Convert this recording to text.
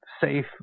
safe